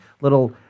Little